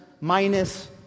minus